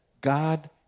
God